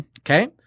Okay